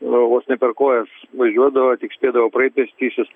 vos ne per kojas važiuodavo tik spėdavo praeit pėstysis